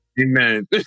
Amen